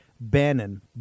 Bannon